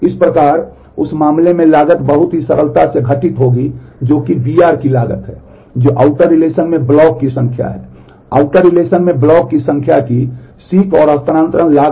इस प्रकार उस मामले में लागत बहुत ही सरलता से घटित होगी जो कि br की लागत है जो आउटर रिलेशन की अनुमानित लागत